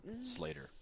Slater